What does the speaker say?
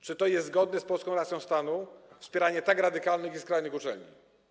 Czy jest zgodne z polską racją stanu wspieranie tak radykalnych i skrajnych uczelni?